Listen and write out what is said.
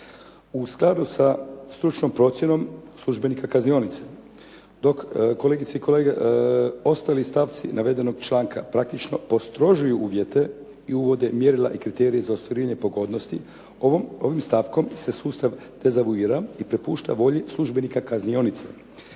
U skladu sa stručnom procjenom službenika kaznionica dok kolegice i kolege ostali stavci navedenog članka praktično postrožuju uvjete i uvode mjerila i kriterije za ostvarivanje pogodnosti, ovim stavkom se sustav dezavuira i prepušta volji službenika kaznionice.